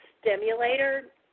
stimulator